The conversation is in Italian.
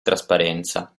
trasparenza